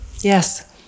Yes